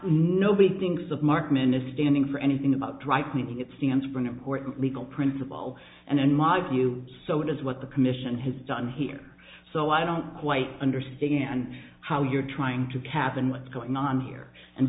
nobody thinks of markman a standing for anything about dry cleaning it stands for an important legal principle and in my view so it is what the commission has done here so i don't quite understand how you're trying to cap and what's going on here and